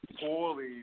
poorly